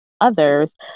others